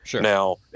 Now